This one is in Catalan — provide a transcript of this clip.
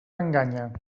enganya